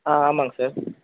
ஆ ஆமாம்ங்க சார்